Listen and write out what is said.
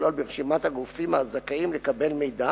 לכלול ברשימת הגופים הזכאים לקבל מידע